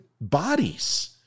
bodies